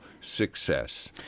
success